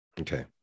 Okay